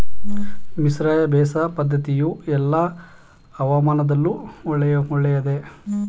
ಮಿಶ್ರ ಬೇಸಾಯ ಪದ್ದತಿಯು ಎಲ್ಲಾ ಹವಾಮಾನದಲ್ಲಿಯೂ ಒಳ್ಳೆಯದೇ?